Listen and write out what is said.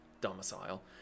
domicile